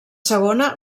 segona